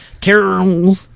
Carol